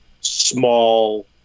small